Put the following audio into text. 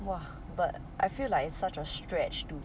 !wah! but I feel like it's such a stretch to